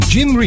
Jim